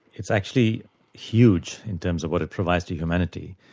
it's actually huge in terms of what it provides to humanity,